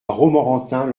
romorantin